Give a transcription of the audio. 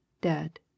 dead